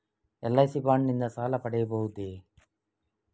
LIC bond ನಿಂದ ಸಾಲ ಪಡೆಯಬಹುದೇ?